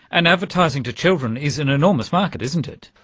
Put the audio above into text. and advertising to children is an enormous market, isn't it.